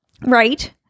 right